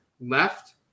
left